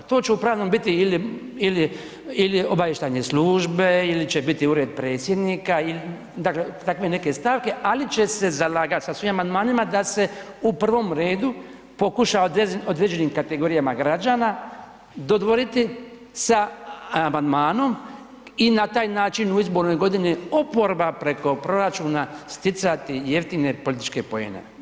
To će u pravnom biti ili obavještajne službe ili će biti Ured predsjednika ili dakle takve neke stavke, ali će se zalagati sa svim amandmanima da se u prvom redu pokuša određenim kategorijama građana dodvoriti sa amandmanom i na taj način u izbornoj godini oporba preko proračuna sticati jeftine političke poene.